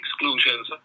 exclusions